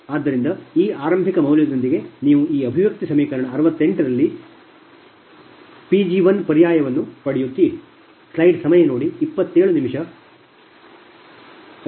ಆದ್ದರಿಂದ ಈ ಆರಂಭಿಕ ಮೌಲ್ಯದೊಂದಿಗೆ ನೀವು ಈ ಅಭಿವ್ಯಕ್ತಿ ಸಮೀಕರಣ 68 ರಲ್ಲಿ Pg1 ಪರ್ಯಾಯವನ್ನು ಪಡೆಯುತ್ತೀರಿ